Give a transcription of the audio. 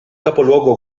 capoluogo